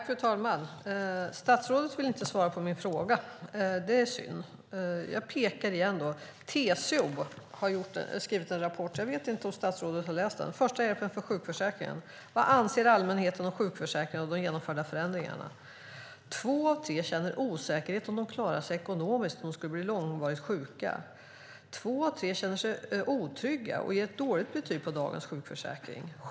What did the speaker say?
Fru talman! Statsrådet vill inte svara på min fråga. Det är synd. Jag pekar igen på att TCO har skrivit en rapport. Jag vet inte om statsrådet har läst den. Den heter Första hjälpen för sjukförsäkringen . Vad anser allmänheten om sjukförsäkringen och de genomförda förändringarna? Två av tre är osäkra på om de klarar sig ekonomiskt om de skulle bli långvarigt sjuka. Två av tre känner sig otrygga och ger ett dåligt betyg till dagens sjukförsäkring.